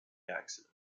accident